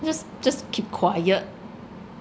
just just keep quiet